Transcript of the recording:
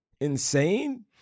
insane